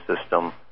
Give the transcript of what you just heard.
system